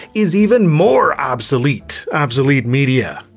is even more obsolete obsolete media!